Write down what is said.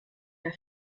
der